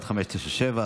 1597,